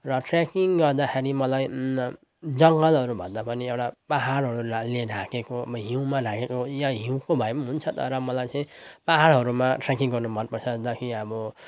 र ट्रेकिङ गर्दाखेरि मलाई जङ्गलहरूभन्दा पनि एउटा पाहाडहरूलाले ढाकिएको हिउँमा ढाकिएको या हिउँको भए पनि हुन्छ तर मलाई चाहिँ पाहाडहरूमा ट्रेकिङ गर्नु मनपर्छ अन्त अब